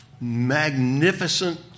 magnificent